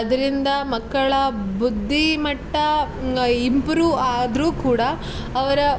ಅದರಿಂದ ಮಕ್ಕಳ ಬುದ್ಧಿಮಟ್ಟ ಇಂಪ್ರೂವ್ ಆದರೂ ಕೂಡ ಅವರ